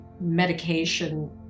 medication